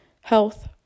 health